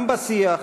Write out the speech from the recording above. גם בשיח,